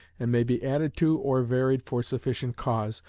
and may be added to or varied for sufficient cause,